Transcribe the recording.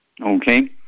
Okay